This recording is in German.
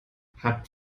hat